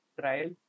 trial